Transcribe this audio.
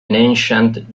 ancient